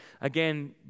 again